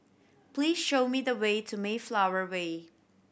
please show me the way to Mayflower Way